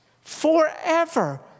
Forever